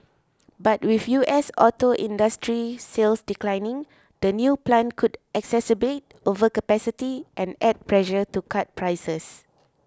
but with U S auto industry sales declining the new plant could exacerbate overcapacity and add pressure to cut prices